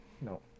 no